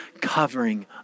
covering